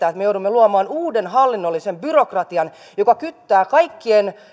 että me joudumme luomaan uuden hallinnollisen byrokratian joka kyttää kaikkien